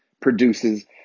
produces